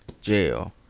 Jail